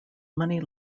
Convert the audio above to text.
money